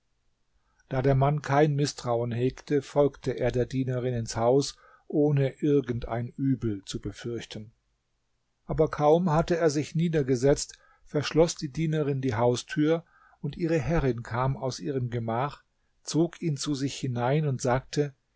da der mann kein mißtrauen hegte folgte er der dienerin ins haus ohne irgend ein übel zu befürchten aber kaum hatte er sich niedergesetzt verschloß die dienerin die haustür und ihre herrin kam aus ihrem gemach zog ihn zu sich hinein und sagte